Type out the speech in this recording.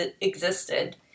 existed